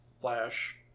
Flash